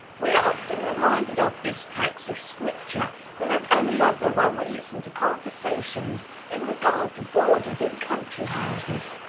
we are oftener reminded of this text of scripture than of any other when we listen to conversations in regard to boarders in country houses.